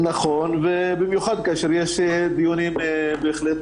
אבו אל-מג'ד, בוקר טוב.